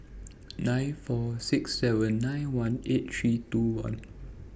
nine four six seven nine one eight six two one